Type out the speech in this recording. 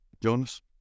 Jonas